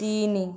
ତିନି